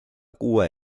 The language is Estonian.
kuue